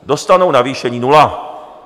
Dostanou navýšení nula.